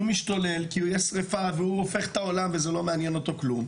הוא משתולל כי יש שריפה והוא הופך את העולם וזה לא מעניין אותו כלום,